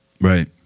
Right